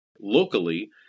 locally